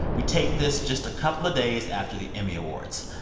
we taped this just a couple of days after the emmy awards.